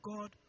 God